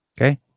Okay